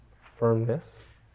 firmness